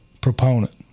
proponent